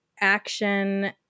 action